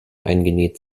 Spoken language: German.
eingenäht